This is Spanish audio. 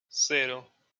cero